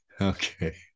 Okay